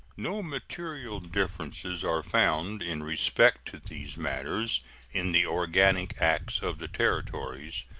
no material differences are found in respect to these matters in the organic acts of the territories,